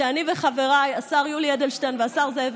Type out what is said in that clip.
כשאני וחבריי השר יולי אדלשטיין והשר זאב